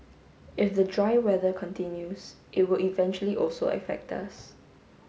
if the dry weather continues it will eventually also affect us